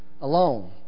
alone